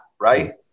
right